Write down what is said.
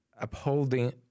upholding